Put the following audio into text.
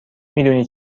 میدونی